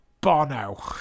bono